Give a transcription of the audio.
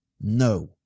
No